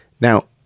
Now